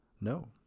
No